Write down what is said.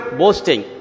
boasting